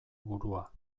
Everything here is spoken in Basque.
burua